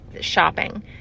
shopping